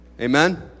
Amen